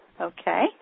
Okay